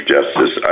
Justice